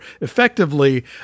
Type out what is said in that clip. effectively